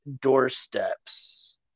doorsteps